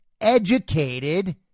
educated